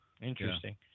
Interesting